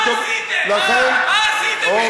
אתה הצבעת נגד, איתן.